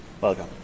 Welcome